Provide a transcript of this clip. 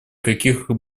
каких